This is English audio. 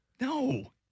No